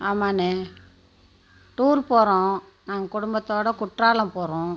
ஆமாண்ணே டூர் போகிறோம் நாங்கள் குடும்பத்தோடு குற்றாலம் போகிறோம்